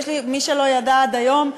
מי שלא ידע עד היום,